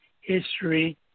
History